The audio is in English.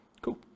Cool